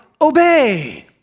obey